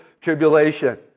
tribulation